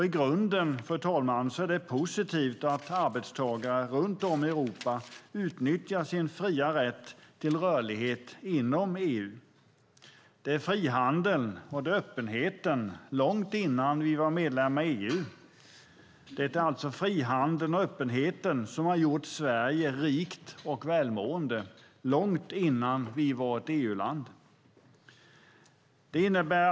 I grunden, fru talman, är det positivt att arbetstagare runt om i Europa utnyttjar sin fria rätt till rörlighet inom EU. Det är frihandeln och öppenheten som har gjort Sverige rikt och välmående - långt innan vi var ett EU-land.